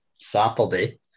Saturday